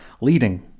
leading